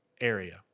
area